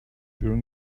wearing